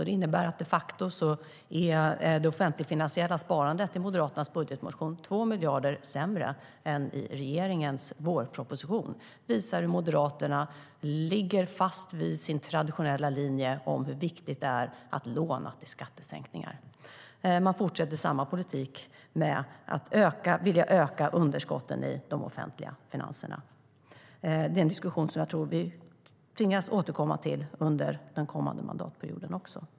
Det innebär att det offentligfinansiella sparandet i Moderaternas budgetmotion de facto är 2 miljarder sämre än i regeringens vårproposition. Det visar hur Moderaterna håller fast vid sin traditionella linje om hur viktigt det är att låna till skattesänkningar. Man fortsätter samma politik, det vill säga att vilja öka underskotten i de offentliga finanserna. Det är en diskussion jag tror att vi tvingas återkomma till under den kommande mandatperioden.